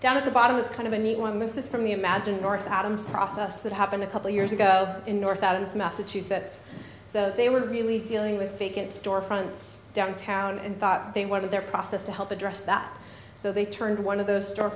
of the bottom is kind of a neat one this is from the imagine north adams process that happened a couple years ago in north adams massachusetts so they were really dealing with vacant storefronts downtown and thought they wanted their process to help address that so they turned one of those store